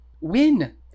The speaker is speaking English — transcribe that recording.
win